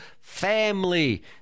family